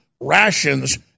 rations